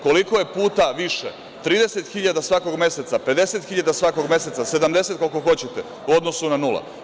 Koliko je puta viša, 30.000 svakog meseca, 50.000 svakog meseca, 70.000 svakog meseca, koliko hoćete, u odnosu na nula?